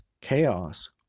chaos